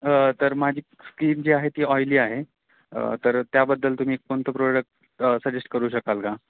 तर माझी स्कीन जी आहे ती ऑइली आहे तर त्याबद्दल तुम्ही कोणतं प्रोडक्ट सजेस्ट करू शकाल का